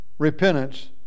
Repentance